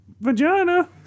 vagina